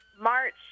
march